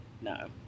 no